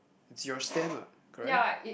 it's your stand what correct